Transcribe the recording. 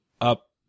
up